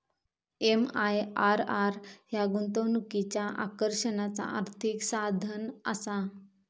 MIRR ह्या गुंतवणुकीच्या आकर्षणाचा आर्थिक साधनआसा